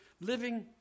living